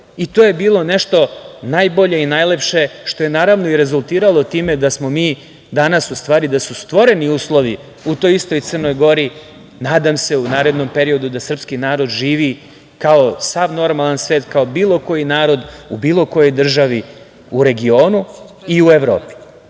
je bilo nešto najbolje i najlepše, što je naravno i rezultiralo time da smo mi danas u stvari, da su stvoreni uslovi u toj istoj Crnoj Gori, nadam se u narednom periodu da srpski narod živi kao sav normalan svet, kao bilo koji narod u bilo kojoj državi u regionu i u Evropi. Mogu